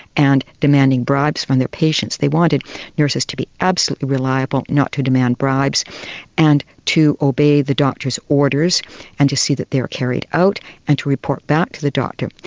and demanding bribes from their patients. they wanted nurses to be absolutely reliable, not to demand bribes and to obey the doctors' orders and to see that they were carried out and to report back to the doctor,